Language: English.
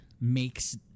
makes